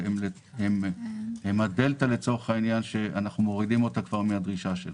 הם הדלתא שאנחנו מורידים מן הדרישה שלנו.